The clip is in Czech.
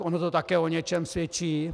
Ono to také o něčem svědčí.